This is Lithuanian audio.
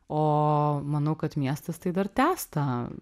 o manau kad miestas tai dar tęs tą